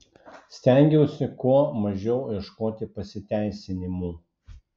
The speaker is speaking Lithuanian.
stengiausi kuo mažiau ieškoti pasiteisinimų